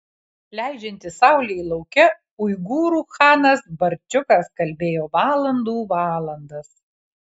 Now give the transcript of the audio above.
leidžiantis saulei lauke uigūrų chanas barčiukas kalbėjo valandų valandas